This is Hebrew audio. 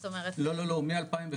זאת אומרת -- לא, לא, לא, זה מ-2016,